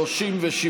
37,